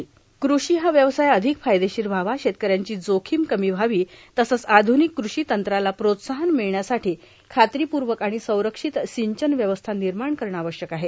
इंद्रो कृषी हा व्यवसाय अधिक फायदेशीर व्हावा शेतकऱ्यांची जोखीम कमी व्हावी तसंच आधुनिक कृषी तंत्राला प्रोत्साहन मिळण्यासाठी खात्रीपूर्वक आणि संरक्षित सिंचन व्यवस्था निर्माण करणं आवश्यक आहे